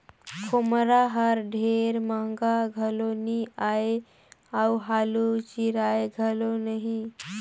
खोम्हरा हर ढेर महगा घलो नी आए अउ हालु चिराए घलो नही